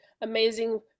amazing